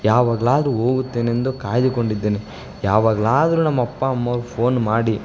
ಯಾವಾಗ್ಲಾದರೂ ಹೋಗುತ್ತೇನೆಂದು ಕಾಯ್ದುಕೊಂಡಿದ್ದೇನೆ ಯಾವಗ್ಲಾದರೂ ನಮ್ಮ ಅಪ್ಪ ಅಮ್ಮವ್ರು ಫೋನ್ ಮಾಡಿ